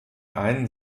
einen